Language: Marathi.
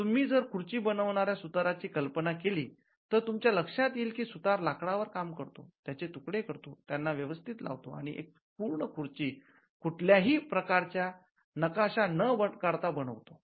तुम्ही जर खुर्ची बनवणाऱ्या सुताराची कल्पना केली तर तुमच्या लक्षात येईल की सुतार लाकडा वर काम करतो त्याचे तुकडे करतो त्यांना व्यवस्थित लावतो आणि एक पूर्ण खुर्ची कुठल्याही प्रकारच्या नकाशा न काढता बनवतो